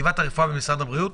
חטיבת הרפואה במשרד הבריאות?